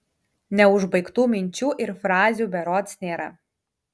neužbaigtų minčių ir frazių berods nėra